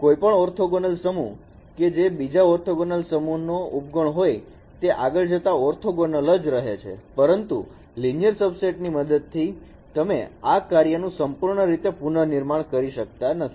કોઈપણ ઓર્થોગોનલ સમૂહ કે જે બીજા ઓર્થોગોનલ સમૂહનો ઉપગણ હોય તે આગળ જતા ઓર્થોગોનલ રહે છે પરંતુ લિનિયર સબસેટ ની મદદથી તમે આ કાર્ય નું સંપૂર્ણ રીતે પુનનિર્માણ કરી શકતા નથી